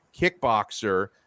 kickboxer